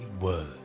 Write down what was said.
word